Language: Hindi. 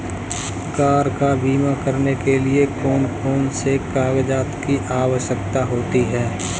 कार का बीमा करने के लिए कौन कौन से कागजात की आवश्यकता होती है?